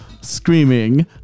Screaming